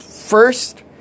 first